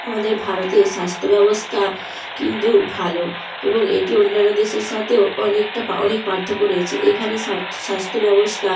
আমাদের ভারতে স্বাস্থ্য ব্যবস্থা কিন্তু ভালো এবং এটি অন্যান্য দেশের সাথেও অনেকটা পা অনেক পার্থক্য রয়েছে এখানে স্বাস্থ্য ব্যবস্থা